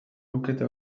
lukete